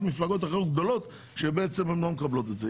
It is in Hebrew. מפלגות אחרות גדולות שאינן מקבלות את זה.